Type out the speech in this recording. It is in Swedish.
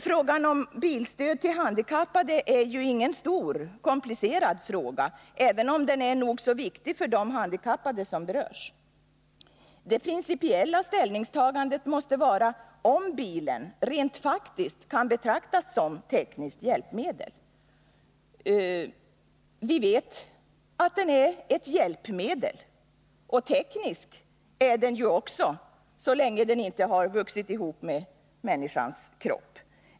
Frågan om bilstöd till handikappade är ju ingen stor, komplicerad fråga, även om den är nog så viktig för de handikappade som berörs. Det principiella ställningstagandet måste gälla om bilen, rent praktiskt, kan betraktas som tekniskt hjälpmedel. Vi vet att den är ett hjälpmedel, och teknisk är den ju också så länge den inte har vuxit ihop med människans kropp.